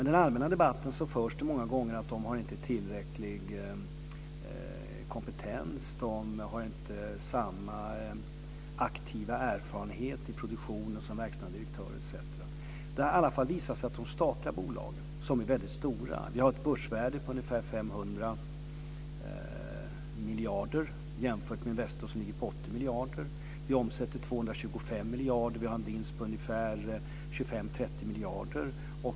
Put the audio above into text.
I den allmänna debatten förs det ofta fram att de inte har tillräcklig kompetens, de har inte samma aktiva erfarenhet av produktionen som verkställande direktörer etc. De statliga bolagen är väldigt stora. Vi har ett börsvärde på ungefär 500 miljarder. Det kan jämföras med Investor som ligger på 80 miljarder. Vi omsätter 225 miljarder och har en vinst på ungefär 25-30 miljarder.